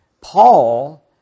Paul